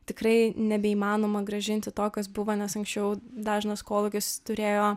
tikrai nebeįmanoma grąžinti to kas buvo nes anksčiau dažnas kolūkis turėjo